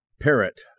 parrot